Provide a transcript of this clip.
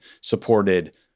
supported